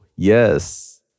Yes